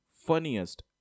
funniest